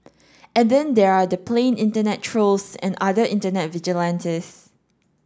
and then there are the plain internet trolls and other internet vigilantes